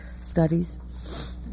studies